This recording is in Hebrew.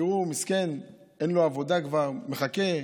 תראו, מסכן, כבר אין לו עבודה, מחכה,